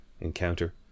encounter